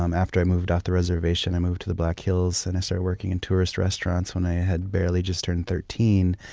um after i moved off the reservation, i moved to the black hills. and i started working in tourist restaurants when i had barely just turned thirteen.